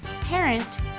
parent